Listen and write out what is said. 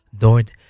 Lord